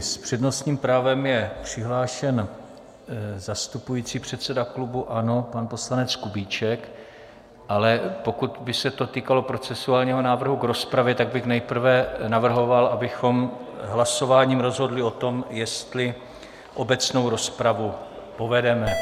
S přednostním právem je přihlášen zastupující předseda klubu ANO pan poslanec Kubíček, ale pokud by se to týkalo procedurálního návrhu k rozpravě, tak bych nejprve navrhoval, abychom hlasováním rozhodli o tom, jestli obecnou rozpravu povedeme.